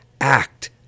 act